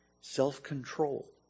self-control